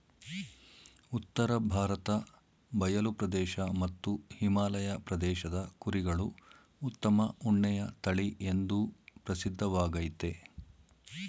ಉತ್ತರ ಭಾರತ ಬಯಲು ಪ್ರದೇಶ ಮತ್ತು ಹಿಮಾಲಯ ಪ್ರದೇಶದ ಕುರಿಗಳು ಉತ್ತಮ ಉಣ್ಣೆಯ ತಳಿಎಂದೂ ಪ್ರಸಿದ್ಧವಾಗಯ್ತೆ